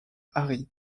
harry